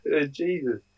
Jesus